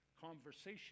conversation